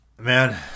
Man